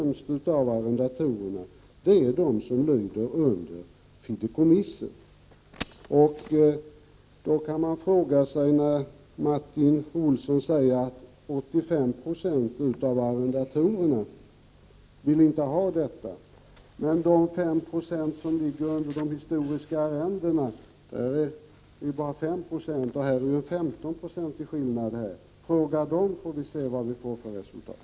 Men de av arrendatorerna som har det allra sämst är de som lyder under fideikommissen. Martin Olsson säger att 85 96 av arrendatorerna säger att de inte vill ha detta. Men fråga då de 5 90 som ligger under de historiska arrendena — de utgör bara 5 96, till skillnad från 15 96 — så får vi se vad vi får för resultat!